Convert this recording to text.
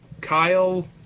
Kyle